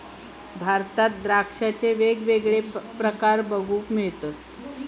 भारतात द्राक्षांचे वेगवेगळे प्रकार बघूक मिळतत